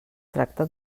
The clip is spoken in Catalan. tracta